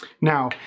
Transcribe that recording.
Now